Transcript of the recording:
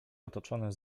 otoczone